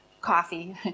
coffee